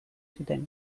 zuten